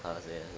how to say ah